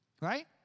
Right